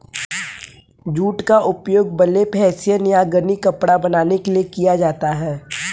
jute का उपयोग burlap hessian या गनी कपड़ा बनाने के लिए किया जाता है